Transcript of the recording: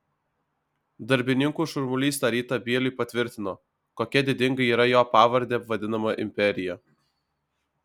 darbininkų šurmulys tą rytą bieliui patvirtino kokia didinga yra jo pavarde vadinama imperija